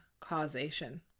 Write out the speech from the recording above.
causation